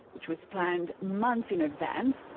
which was planned months in advance,